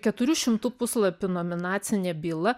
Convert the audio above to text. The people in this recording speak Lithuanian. keturių šimtų puslapių nominacinė byla